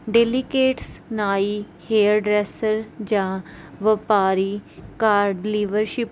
daily ਕੇਟਸ ਨਾਈ hair dresser ਜਾਂ ਵਪਾਰੀ ਕਾਰਡ ਲੀਵਰਸ਼ਿਪ